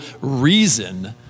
reason